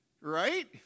Right